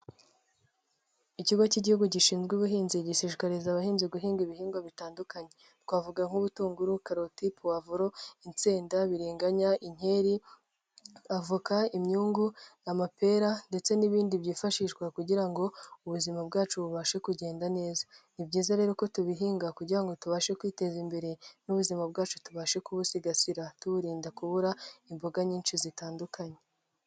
Ikigo cy'igihugu gishinzwe ubuhinzi gishishikariza abahinzi guhinga ibihingwa bitandukanye; twavuga nk'ubutunguru, karoti, pavulo, insenda, biringanya, inkeri, avoka, imyungu, amapera ndetse n'ibindi byifashishwa kugira ngo ubuzima bwacu bubashe kugenda neza. Ni byiza rero ko tubihinga kugira ngo tubashe kwiteza imbere n'ubuzima bwacu tubashe kubusigasira tuburinda kubura imboga nyinshi zitandukanye.